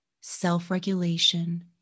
self-regulation